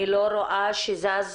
אני לא רואה שזז